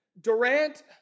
Durant